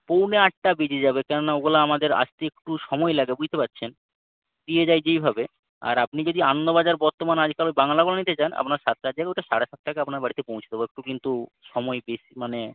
পৌনে আটটা বেজে যাবে কেননা ওগুলা আমাদের আসতে একটু সময় লাগে বুঝতে পারছেন দিয়ে যায় যেইভাবে আর আপনি যদি আনন্দবাজার বর্তমান আজকাল বাংলাগুলা নিতে চান আপনার সাতটার জায়গায় ওটা সাড়ে সাতটার আগে আপনার বাড়িতে পৌঁছে দেবো একটু কিন্তু সময় বেশ মানে